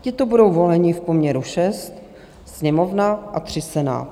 Tito budou voleni v poměru 6 Sněmovna a 3 Senát.